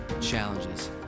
challenges